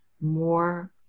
more